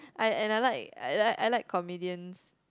I and I like I like I like comedians